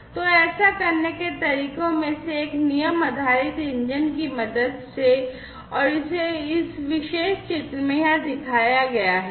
तो ऐसा करने के तरीकों में से एक नियम आधारित इंजन की मदद से है और इसे इस विशेष चित्र में यहां दिखाया गया है